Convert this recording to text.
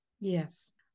Yes